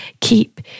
Keep